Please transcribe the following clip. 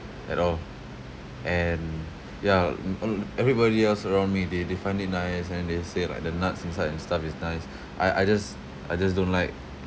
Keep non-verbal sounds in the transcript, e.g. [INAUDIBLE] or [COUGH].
at all and yeah [NOISE] everybody else around me they they find it nice and then they say like the nuts inside and stuff is nice I I just I just don't like